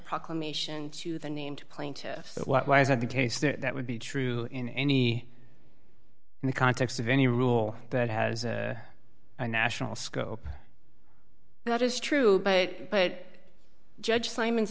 proclamation to the named plaintiffs why is it the case that that would be true in any in the context of any rule that has a national scope that is true but but judge simon's